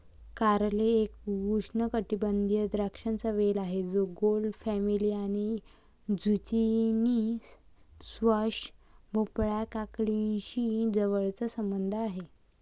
कारले एक उष्णकटिबंधीय द्राक्षांचा वेल आहे जो गोड फॅमिली आणि झुचिनी, स्क्वॅश, भोपळा, काकडीशी जवळचा संबंध आहे